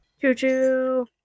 Choo-choo